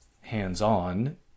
hands-on